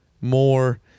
more